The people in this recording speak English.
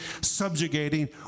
subjugating